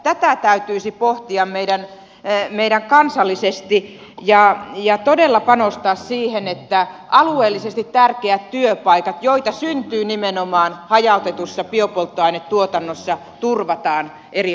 tätä täytyisi pohtia meidän kansallisesti ja todella panostaa siihen että alueellisesti tärkeät työpaikat joita syntyy nimenomaan hajautetussa biopolttoainetuotannossa turvataan eri alueilla